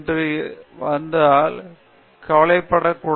இருந்து வந்தால் நீங்கள் கவலைப்படக்கூடாது